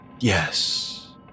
yes